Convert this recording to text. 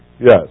Yes